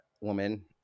woman